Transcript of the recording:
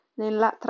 nella